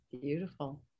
beautiful